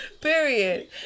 Period